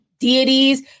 Deities